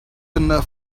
enough